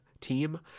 team